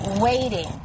Waiting